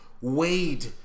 Wade